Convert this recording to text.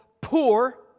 poor